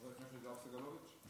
חבר הכנסת יואב סגלוביץ'.